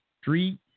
street